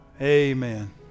Amen